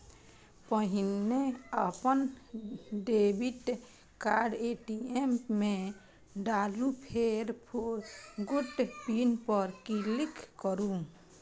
पहिने अपन debit card ATM मे डालू, फेर फोरगेट पिन पर क्लिक करू